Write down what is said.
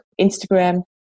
Instagram